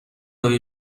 های